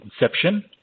inception